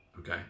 okay